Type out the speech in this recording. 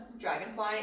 dragonfly